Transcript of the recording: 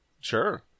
Sure